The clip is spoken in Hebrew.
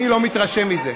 אני לא מתרשם מזה.